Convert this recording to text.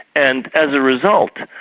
and as a result,